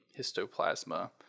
histoplasma